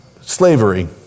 slavery